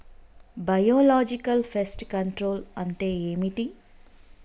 Biological pest control అంటే ఏమిటి?